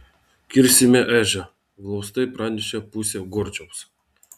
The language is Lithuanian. kirsime ežią glaustai pranešė pusė gorčiaus